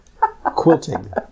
quilting